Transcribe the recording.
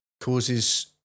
causes